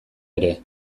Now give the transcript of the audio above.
ere